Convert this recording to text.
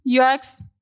UX